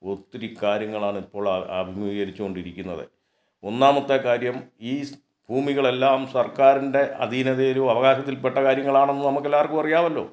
ഒത്തിരി കാര്യങ്ങളാണ് ഇപ്പോൾ അഭിമുഖീകരിച്ച് കൊണ്ടിരിക്കുന്നത് ഒന്നാമത്തെ കാര്യം ഈ ഭൂമികളെല്ലാം സർക്കാരിൻ്റെ അധീനതയിലും അവകാശത്തിൽ പെട്ട കാര്യങ്ങളാണെന്ന് നമുക്കെല്ലാവർക്കും അറിയാമല്ലോ